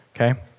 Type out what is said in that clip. okay